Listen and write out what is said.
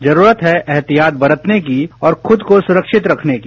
जरूरत है एहतियात बरतने की और खुद को सुरक्षित रखने की